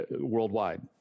worldwide